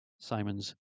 Simon's